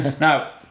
now